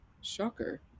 shocker